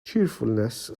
cheerfulness